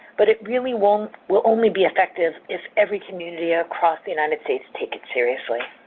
but it really won't will only be effective if every community ah across the united states takes it seriously.